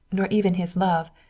nor even his love.